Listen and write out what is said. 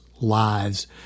lives